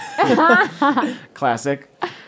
classic